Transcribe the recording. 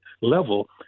level